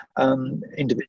individual